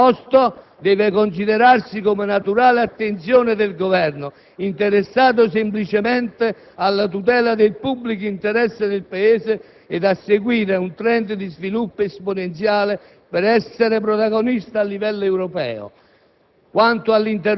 Ciò, di certo, non può essere letto come nazionalismo, piuttosto, deve considerarsi come naturale attenzione del Governo, interessato semplicemente alla tutela del pubblico interesse del Paese ed a seguire un *trend* di sviluppo esponenziale,